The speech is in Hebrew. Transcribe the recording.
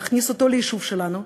להכניס אותו ליישוב שלנו,